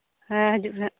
ᱦᱮᱸ ᱦᱤᱡᱩᱜ ᱯᱮ ᱱᱟᱦᱟᱜ